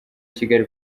kigali